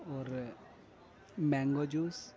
اور mango juice